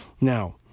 Now